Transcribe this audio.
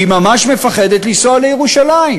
והיא ממש מפחדת לנסוע לירושלים.